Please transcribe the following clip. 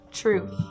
Truth